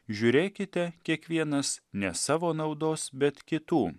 žiūrėkite kiekvienas ne savo naudos bet kitų